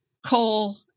Coal